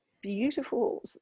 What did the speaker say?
beautiful